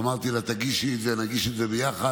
אמרתי לה: תגישי את זה, נגיש את זה ביחד,